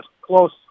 close